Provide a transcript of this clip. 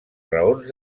raons